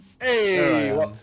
Hey